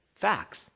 Facts